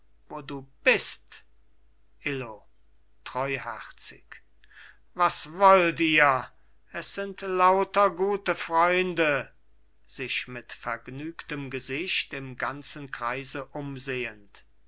wo du bist illo treuherzig was wollt ihr es sind lauter gute freunde sich mit vergnügtem gesicht im ganzen kreise umsehend